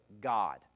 God